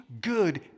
good